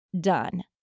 done